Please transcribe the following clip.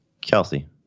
Kelsey